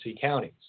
counties